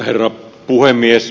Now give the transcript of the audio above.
herra puhemies